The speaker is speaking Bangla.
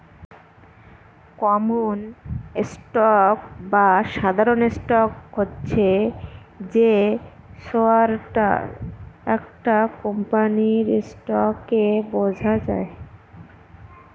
কমন স্টক বা সাধারণ স্টক হচ্ছে যে শেয়ারটা একটা কোম্পানির স্টককে বোঝায়